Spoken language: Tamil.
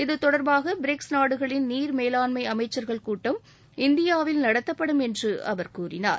இது தொடர்பாக பிரிக்ஸ் நாடுகளின் நீர் மேலாண்மை அமைச்சர்கள் கூட்டம் இந்தியாவில் நடத்தப்படும் என்று அவர் கூறினார்